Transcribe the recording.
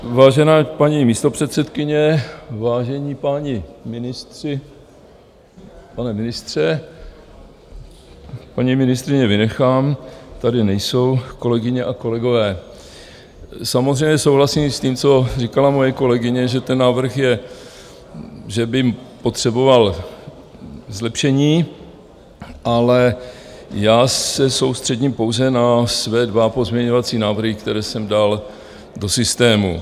Vážená paní místopředsedkyně, vážení páni ministři, pane ministře paní ministryně vynechám, tady nejsou kolegyně a kolegové, samozřejmě souhlasím s tím, co říkala moje kolegyně, že ten návrh by potřeboval zlepšení, ale já se soustředím pouze na své dva pozměňovací návrhy, které jsem dal do systému.